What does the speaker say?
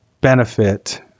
benefit